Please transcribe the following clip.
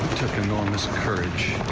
took enormous courage